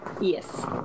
Yes